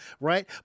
Right